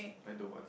I don't want